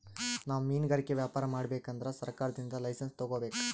ನಾವ್ ಮಿನ್ಗಾರಿಕೆ ವ್ಯಾಪಾರ್ ಮಾಡ್ಬೇಕ್ ಅಂದ್ರ ಸರ್ಕಾರದಿಂದ್ ಲೈಸನ್ಸ್ ತಗೋಬೇಕ್